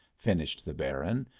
finished the baron,